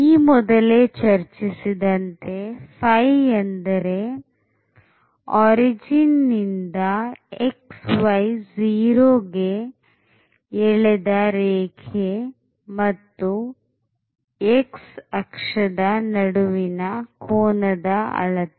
ಈ ಮೊದಲೇ ಚರ್ಚಿಸಿದಂತೆ ϕ ಎಂದರೆ ಮೂಲಬಿಂದುವಿನಿಂದ xy0 ಗೆ ಎಳೆದ ರೇಖೆ ಮತ್ತು x ಅಕ್ಷದ ನಡುವಿನ ಕೋನದ ಅಳತೆ